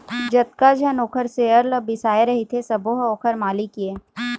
जतका झन ओखर सेयर ल बिसाए रहिथे सबो ह ओखर मालिक ये